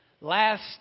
last